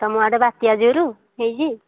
ତମ ଆଡ଼େ ବାତ୍ୟା ଜୋର ହେଇଛି